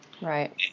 Right